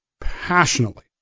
passionately